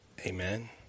amen